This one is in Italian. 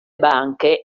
banche